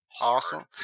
awesome